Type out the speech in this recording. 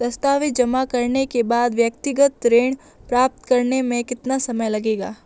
दस्तावेज़ जमा करने के बाद व्यक्तिगत ऋण प्राप्त करने में कितना समय लगेगा?